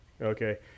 okay